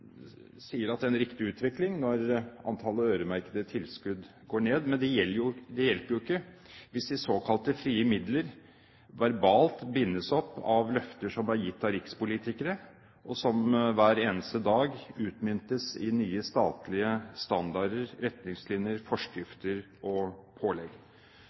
at det er en riktig utvikling når antallet øremerkede tilskudd går ned, men det hjelper ikke hvis de såkalte frie midler verbalt bindes opp av løfter som er gitt av rikspolitikere, og som hver eneste dag utmyntes i nye statlige standarder, retningslinjer, forskrifter og pålegg.